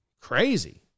Crazy